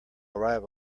arrive